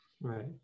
Right